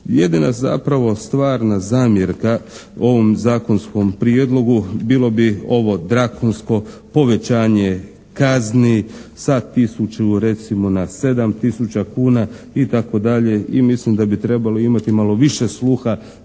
Jedina zapravo stvarna zamjerka ovog Zakonskom prijedlogu bilo bi ovo drakonsko povećanje kazni sa tisuću, recimo, na 7 tisuća kuna, itd. I mislim da bi trebalo imati malo više sluha